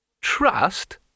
Trust